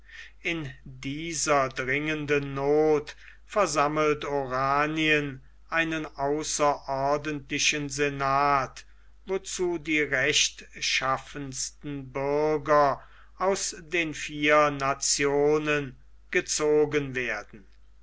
in dieser dringenden noth versammelt oranien einen außerordentlichen senat wozu die rechtschaffensten bürger aus den vier nationen gezogen werden